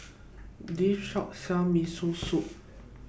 This Shop sells Miso Soup